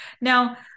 Now